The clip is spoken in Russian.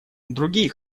другие